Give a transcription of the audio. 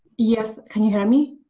yes, can you hear me?